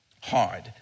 hard